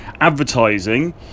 advertising